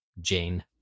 jane